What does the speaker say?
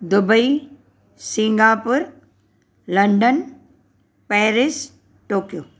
Dubai Singapore London Paris Tokyo